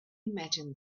imagine